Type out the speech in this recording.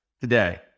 today